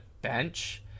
bench